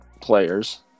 players